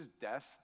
death